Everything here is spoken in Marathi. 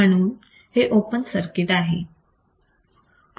म्हणून हे ओपन सर्किट आहे